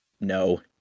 no